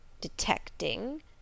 Detecting